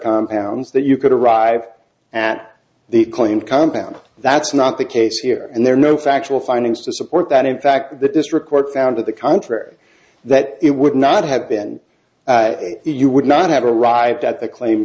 compounds that you could arrive at the claim compound that's not the case here and there are no factual findings to support that in fact that this report found that the contrary that it would not have been you would not have arrived at the claim